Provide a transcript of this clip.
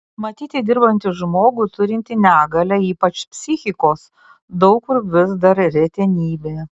matyti dirbantį žmogų turintį negalią ypač psichikos daug kur vis dar retenybė